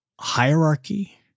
hierarchy